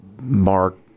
Mark